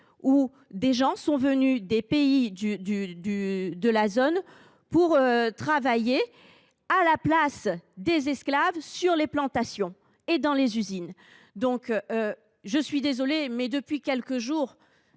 : des gens sont venus des pays de la zone pour prendre le relais des esclaves dans les plantations et dans les usines. Je suis désolée, mais, depuis quelques jours,